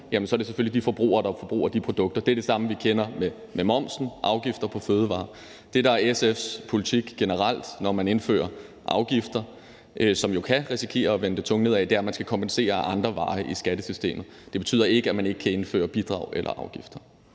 er det selvfølgelig de forbrugere, der forbruger de produkter, der betaler. Det er det samme, vi kender med momsen og afgifter på fødevarer. Det, der er SF's politik generelt, når man indfører afgifter, som jo kan risikere at vende den tunge ende nedad, er, at man skal kompensere ad andre veje i skattesystemet. Det betyder ikke, at man ikke kan indføre bidrag eller afgifter.